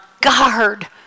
guard